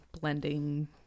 blending